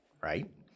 right